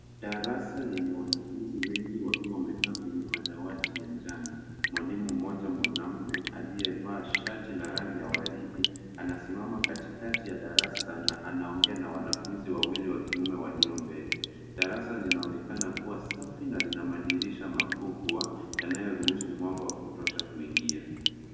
Darasa lenye wanafunzi wengi wakiwa wamekaa kwenye madawati ya njano. Mwalimu mmoja mwanaume aliyevaa shati la rangi ya waridi anasimama katikati ya darasa na anaongea na wanafunzi wawili wa kiume walio mbele. Darasa linaonekana kuwa safi na lina madirisha makubwa yanayoruhusu mwanga wa kutosha kuingia.